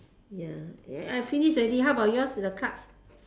ya I finish already how about yours the card